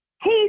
Hey